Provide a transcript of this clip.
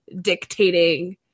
dictating